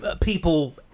People